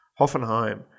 Hoffenheim